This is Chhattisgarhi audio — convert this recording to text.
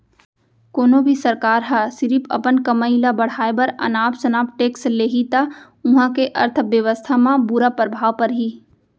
कोनो भी सरकार ह सिरिफ अपन कमई ल बड़हाए बर अनाप सनाप टेक्स लेहि त उहां के अर्थबेवस्था म बुरा परभाव परही